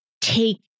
take